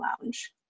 lounge